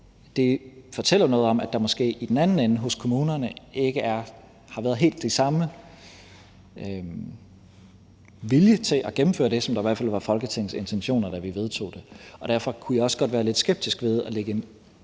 Det fortæller noget om, at der måske i den anden ende hos kommunerne ikke har været helt den samme vilje til at gennemføre det, som i hvert fald var Folketingets intentioner, da vi vedtog det. Derfor kunne jeg også godt være lidt skeptisk ved at lægge en